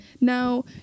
now